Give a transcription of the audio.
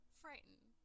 frightened